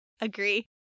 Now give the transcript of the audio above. Agree